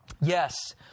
Yes